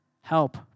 Help